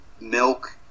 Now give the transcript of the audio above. milk